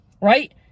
right